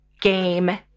game